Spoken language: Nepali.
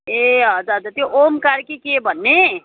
ए हजुर हजुर त्यो ओमकार कि के भन्ने